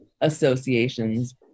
associations